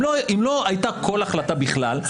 אם לא הייתה כל החלטה בכלל,